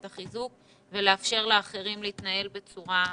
החיזוק ולאפשר לאחרים להתנהל בצורה דיפרנציאלית.